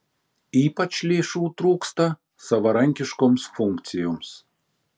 ypač lėšų trūksta savarankiškoms funkcijoms